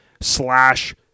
slash